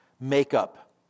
makeup